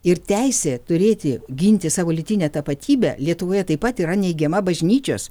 ir teisė turėti ginti savo lytinę tapatybę lietuvoje taip pat yra neigiama bažnyčios